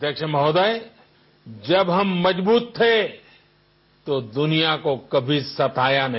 अध्यक्ष महोदय जब हम मजबूत थे तो दुनिया को कभी सताया नहीं